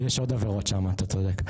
צודק, יש עוד עבירות שמה, אתה צודק.